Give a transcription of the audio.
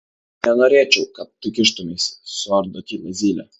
nenorėčiau kad tu kištumeisi suardo tylą zylė